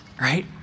right